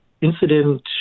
incident